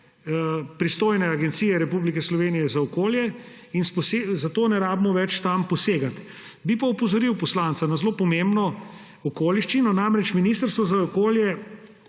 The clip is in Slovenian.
pristojne Agencije Republike Slovenije za okolje in zato nam ni treba več tam posegati. Bi pa opozoril poslanca na zelo pomembno okoliščino. Ministrstvo za okolje